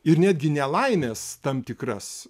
ir netgi nelaimes tam tikras